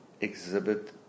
exhibit